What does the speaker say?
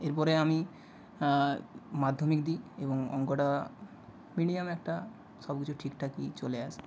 এরপরে আমি মাধ্যমিক দিই এবং অঙ্কটা মিডিয়াম একটা সব কিছু ঠিকঠাকই চলে আসে